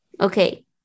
Okay